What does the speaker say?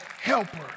helper